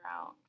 out